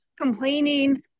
complaining